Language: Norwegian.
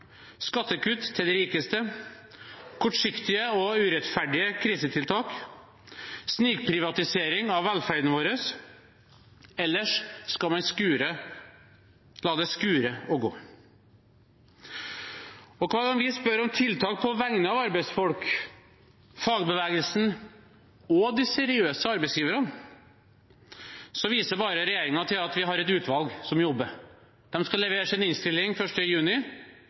skattekutt til de rikeste, kortsiktige og urettferdige krisetiltak, snikprivatisering av velferden vår – og ellers skal man la det skure og gå. Hver gang vi spør om tiltak på vegne av arbeidsfolk, fagbevegelsen og de seriøse arbeidsgiverne, viser regjeringen bare til at de har et utvalg som jobber. De skal levere sin innstilling den 1. juni,